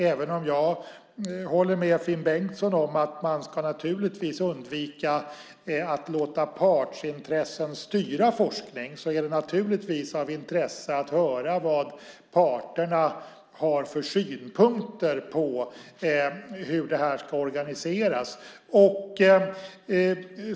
Även om jag håller med Finn Bengtsson om att man ska undvika att låta partsintressen styra forskning är det naturligtvis av intresse att höra vad parterna har för synpunkter på hur detta ska organiseras.